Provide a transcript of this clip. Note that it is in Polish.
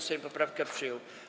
Sejm poprawkę przyjął.